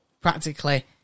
practically